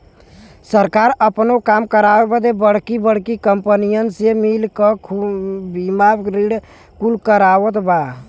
सरकार आपनो काम करावे बदे बड़की बड़्की कंपनीअन से मिल क बीमा ऋण कुल करवावत बा